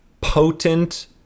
potent